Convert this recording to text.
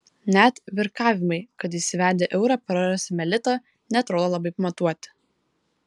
net virkavimai kad įsivedę eurą prarasime litą neatrodo labai pamatuoti